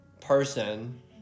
person